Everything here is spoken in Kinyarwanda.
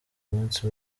munsi